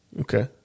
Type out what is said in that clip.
Okay